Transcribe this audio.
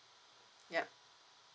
yup